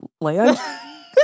land